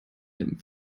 den